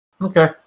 Okay